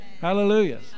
Hallelujah